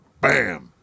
Bam